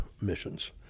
missions